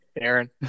Aaron